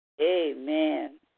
Amen